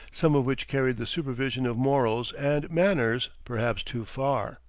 some of which carried the supervision of morals and manners perhaps too far.